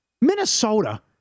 Minnesota